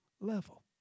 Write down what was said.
Level